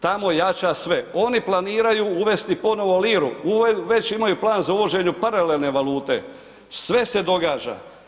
Tamo jača sve, oni planiraju uvesti ponovo liru, već imaju plan za uvođenje paralelne valute, sve se događa.